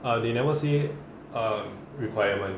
uh they never say um requirement